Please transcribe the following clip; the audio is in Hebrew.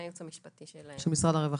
אני מהייעוץ המשפטי של משרד הרווחה.